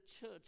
church